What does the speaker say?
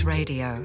Radio